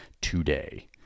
today